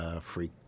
free